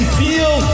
feel